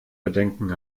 bedenken